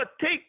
take